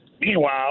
Meanwhile